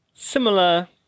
similar